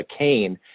McCain